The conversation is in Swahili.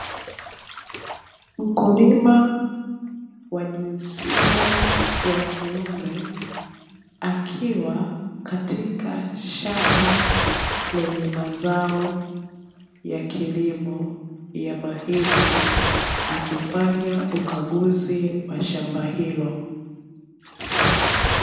Mkulima wa jinsia ya kiume akiwa katika shamba lenye mazao ya kilimo ya mahindi, akifanya ukaguzi wa shamba hilo.